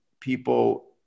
people